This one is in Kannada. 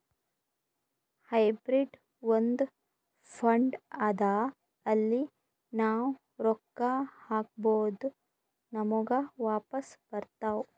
ಹೈಬ್ರಿಡ್ ಒಂದ್ ಫಂಡ್ ಅದಾ ಅಲ್ಲಿ ನಾವ್ ರೊಕ್ಕಾ ಹಾಕ್ಬೋದ್ ನಮುಗ ವಾಪಸ್ ಬರ್ತಾವ್